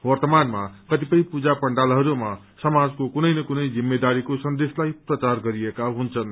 वर्त्तमानमा कतिपय पूजा पण्डालहरूमा समाजको कुनै न कुनै जिम्मेदारीको सन्देशलाई प्रचार गरेका हुन्छन्